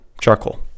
Charcoal